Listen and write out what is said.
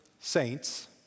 saints